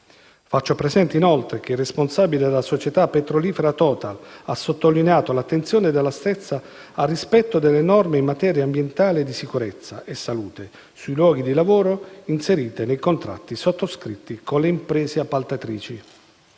Faccio presente, inoltre, che il responsabile della società petrolifera Total ha sottolineato l'attenzione della stessa al rispetto delle norme in materia ambientale e di sicurezza e salute sui luoghi di lavoro inserite nei contratti sottoscritti con le imprese appaltatrici.